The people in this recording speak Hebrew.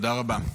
תודה רבה.